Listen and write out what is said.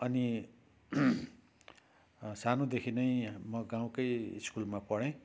अनि सानोदेखि नै म गाउँकै स्कुलमा पढे